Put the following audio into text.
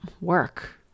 work